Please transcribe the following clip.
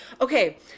Okay